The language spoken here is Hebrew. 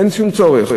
אין שום צורך.